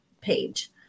page